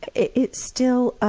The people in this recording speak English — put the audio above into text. it it still